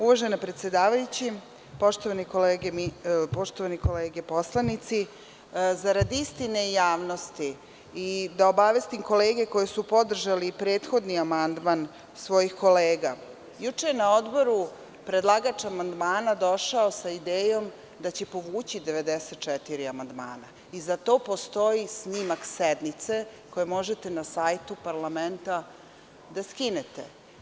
Uvažena predsedavajuća, poštovane kolege poslanici, zarad istine i javnosti, i da obavestim kolege koji su podržali prethodni amandman svojih kolega, juče je na Odboru predlagač amandmana došao sa idejom da će povući 94 amandmana i za to postoji snimak sednice koji možete na sajtu parlamenta da skinete.